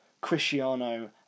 Cristiano